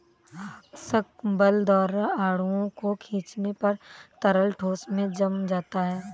आकर्षक बल द्वारा अणुओं को खीचने पर तरल ठोस में जम जाता है